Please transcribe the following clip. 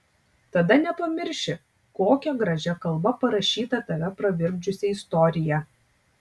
tada nepamirši kokia gražia kalba parašyta tave pravirkdžiusi istorija